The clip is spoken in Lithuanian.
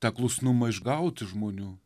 tą klusnumą išgauti žmonių